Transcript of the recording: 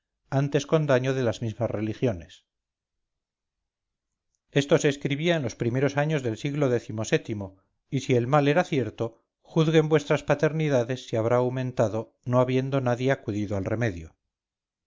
antes con daño de las mismas religiones esto se escribía en los primeros años del siglo décimo sétimo y si el mal era cierto juzguen vuestras paternidades si habrá aumentado no habiendo nadie acudido al remedio